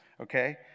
Okay